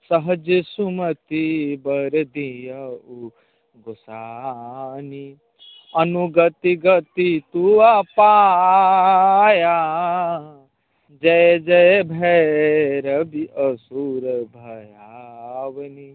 सहज सुमति वर दियउ गोसाउनि अनुगति गति तुअ पाया जय जय भैरवि असुर भयाउनि